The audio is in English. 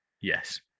yes